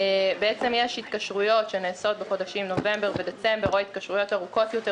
יש התקשרויות שנעשות בנובמבר ודצמבר או התקשרויות ארוכות יותר,